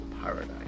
paradise